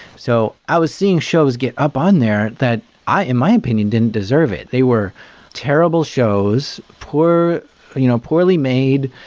so i was seeing shows get up on there that in my opinion didn't deserve it. they were terrible shows, poorly you know poorly made,